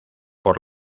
por